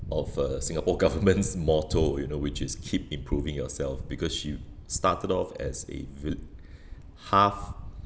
of uh Singapore government's motto you know which is keep improving yourself because she started off as a v~ half